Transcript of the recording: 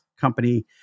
Company